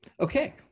Okay